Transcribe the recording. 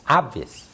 obvious